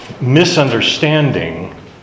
misunderstanding